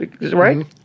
Right